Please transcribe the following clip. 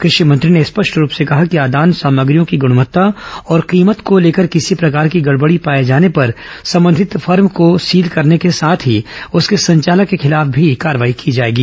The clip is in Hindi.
कृषि मंत्री ने स्पष्ट रूप से कहा कि आदान सामग्रियों की गुणवत्ता और कीमत को लेकर किसी भी प्रकार की गड़बड़ी पाए जाने पर संबंधित फर्म को सील करने के साथ ही उसके संचालक के खिलाफ भी कार्रवाई की जाएगी